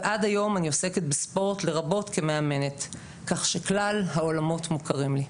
עד היום אני עוסקת בספורט ובאימון כך שכלל העולמות מוכרים לי,